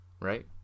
right